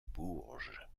bourges